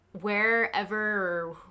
wherever